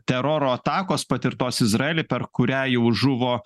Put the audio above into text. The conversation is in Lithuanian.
teroro atakos patirtos izraelyje per kurią jau žuvo